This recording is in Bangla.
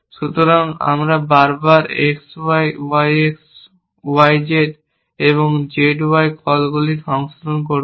সুতরাং আমরা বারবার X Y Y X Y Z এবং Z Y কলগুলিকে সংশোধন করব